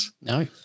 No